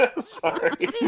Sorry